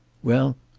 well,